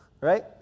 right